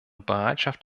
bereitschaft